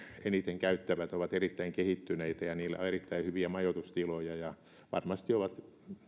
eniten käyttävät ovat erittäin kehittyneitä ja niillä on erittäin hyviä majoitustiloja ja ne varmasti ovat